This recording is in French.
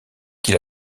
qu’il